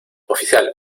oficial